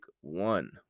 one